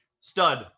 stud